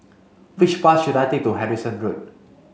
which bus should I take to Harrison Road